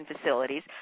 facilities